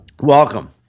welcome